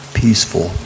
peaceful